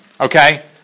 okay